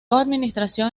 administración